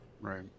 right